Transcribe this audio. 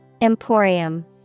Emporium